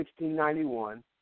1691